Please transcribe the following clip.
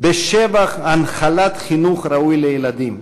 בשבח הנחלת חינוך ראוי לילדים,